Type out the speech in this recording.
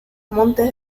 montes